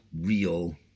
real